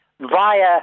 via